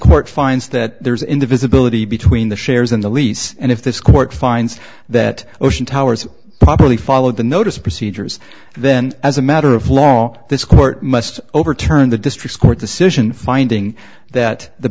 court finds that there's in the visibility between the shares in the lease and if this court finds that ocean towers properly followed the notice of procedures then as a matter of law this court must overturn the district court decision finding that the